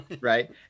right